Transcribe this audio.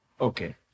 Okay